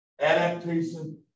adaptation